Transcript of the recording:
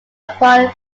upon